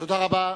תודה רבה.